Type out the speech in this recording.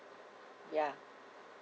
ya